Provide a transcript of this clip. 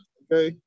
okay